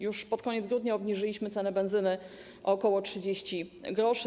Już pod koniec grudnia obniżyliśmy cenę benzyny o ok. 30 gr.